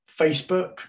Facebook